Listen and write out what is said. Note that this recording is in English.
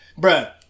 bruh